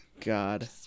God